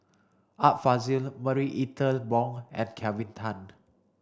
Art Fazil Marie Ethel Bong and Kelvin Tan